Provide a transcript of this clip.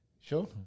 Sure